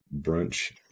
brunch